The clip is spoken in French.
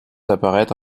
apparaître